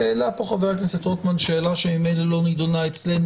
העלה פה חבר הכנסת שאלה שממילא לא נדונה אצלנו